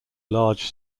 large